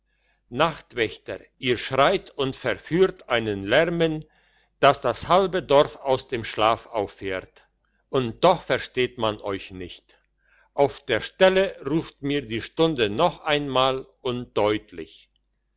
nachtwächter ihr schreit und verführt einen lärmen dass das halbe dorf aus dem schlaf auffährt und doch versteht man euch nicht auf der stelle ruft mir die stunde noch einmal und deutlich